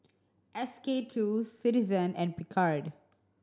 S K Two Citizen and Picard